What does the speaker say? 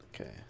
Okay